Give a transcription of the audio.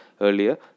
Earlier